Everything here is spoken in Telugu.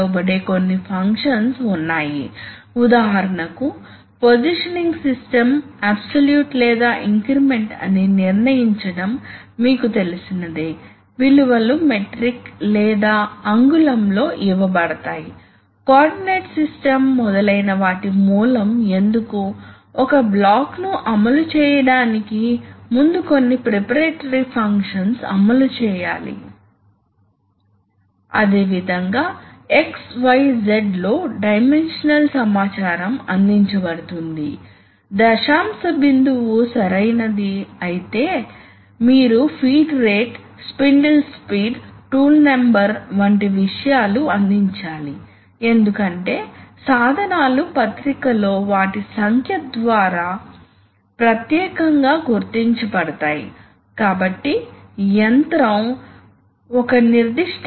కాబట్టి కొన్నిసార్లు ఈ AND లాజిక్ సేఫ్టీ అప్లికేషన్స్ కోసం ఉపయోగించబడుతుంది ఇక్కడ ఆపరేటర్ రెండు పుష్ బటన్స్ నొక్కవలసి వస్తుంది తద్వారా ఇది న్యూమాటిక్ సిస్టమ్స్ పనిచేస్తున్న అతని చేతి వివిధ రకాల యంత్రాలను ఆపరేట్ చేయడంలో ఆపరేటర్లకు సహాయపడటానికి చాలా ఉపయోగపడుతుంది మరియు కొన్నిసార్లు మీకు అక్కడ తెలుసు భద్రతా ప్రమాదాలు ఉదాహరణకు మీకు రెండు పెద్ద రోల్స్ ఉన్నాయని అనుకుందాం ఇందులో ఆపరేటర్ కొన్ని వస్తువులను ఉంచాలి సాధారణంగా ఇలాంటివి వాడవచ్చు టైర్ల ఉత్పత్తిలో ప్రారంభంలో అవసరమైన పదార్థాలు రబ్బరు మీకు తెలుసు